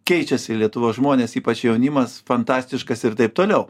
keičiasi lietuvos žmonės ypač jaunimas fantastiškas ir taip toliau